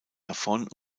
davon